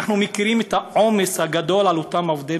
אנחנו מכירים את העומס הגדול על אותם עובדים